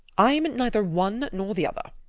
i'm neither one nor the other.